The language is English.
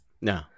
No